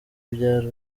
byari